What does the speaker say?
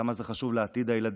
כמה זה חשוב לעתיד הילדים: